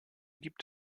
gibt